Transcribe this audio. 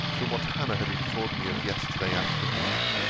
from what hannah had informed me of yesterday afternoon